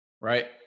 right